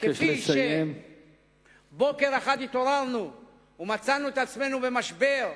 כפי שבוקר אחד התעוררנו ומצאנו את עצמנו במשבר,